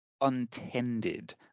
untended